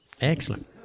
Excellent